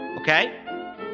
okay